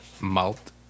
malt